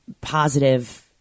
positive